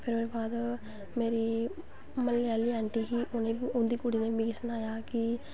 फिर ओह्दे बाद मेरी म्हल्लै आह्ली आंटी ही उ'नैं बी मिगी सनाया हा कि